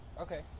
Okay